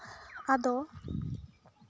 ᱟᱫᱚ